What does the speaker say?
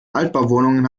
altbauwohnungen